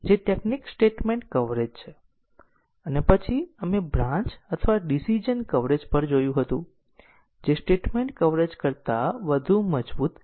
તેથી 3 પછી અમે આ ધાર દોર્યો છે જેથી ઈટરેશન ના અંતે લૂપ અભિવ્યક્તિનું મૂલ્યાંકન થાય અને જો લૂપ અભિવ્યક્તિ ખોટી બને તો કંટ્રોલ આગળના સ્ટેટમેન્ટમાં સ્થાનાંતરિત થાય છે